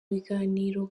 biganiro